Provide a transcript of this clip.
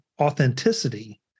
authenticity